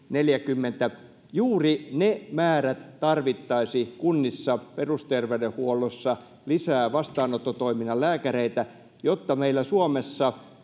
neljäkymmentä juuri ne määrät tarvittaisiin kunnissa perusterveydenhuollossa lisää vastaanottotoiminnan lääkäreitä jotta meillä suomessa